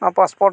passport